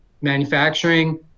manufacturing